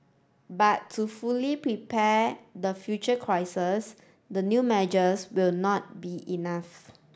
but to fully prepare the future crises the new measures will not be enough